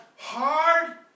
hard